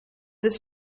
this